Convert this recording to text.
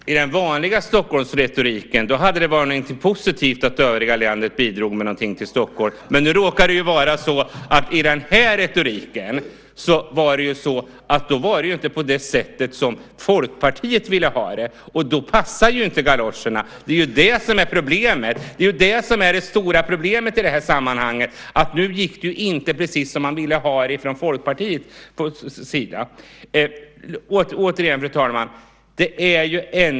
Fru talman! I den vanliga Stockholmsretoriken är det något positivt att övriga landet bidrar med något till Stockholm. Men i det här fallet blev det inte som Folkpartiet ville ha det, och då passar inte galoscherna! Det är ju det som är det stora problemet i det här sammanhanget: Det gick inte riktigt som man ville från Folkpartiets sida. Fru talman!